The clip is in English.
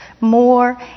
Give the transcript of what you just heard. more